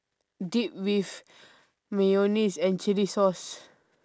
dipped with mayonnaise and chilli sauce